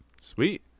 Sweet